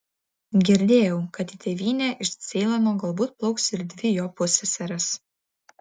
girdėjau kad į tėvynę iš ceilono galbūt plauks ir dvi jo pusseserės